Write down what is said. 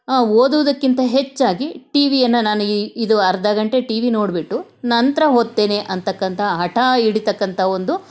ಓದೋದಕ್ಕಿಂತ ಹೆಚ್ಚಾಗಿ ಟಿ ವಿಯನ್ನು ನಾನು ಈ ಇದು ಅರ್ಧ ಗಂಟೆ ಟಿ ವಿ ನೋಡಿಬಿಟ್ಟು ನಂತರ ಓದ್ತೇನೆ ಅಂತಕ್ಕಂಥ ಹಟ ಹಿಡಿತಕ್ಕಂಥ ಒಂದು